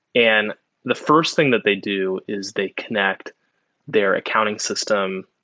and the first thing that they do is they connect their accounting system,